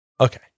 okay